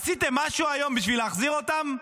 עשיתם משהו היום בשביל להחזיר אותם?